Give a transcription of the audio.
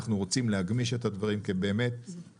אנחנו רוצים להגמיש את הדברים כדי לתת